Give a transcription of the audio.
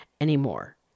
anymore